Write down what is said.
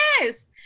yes